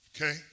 Okay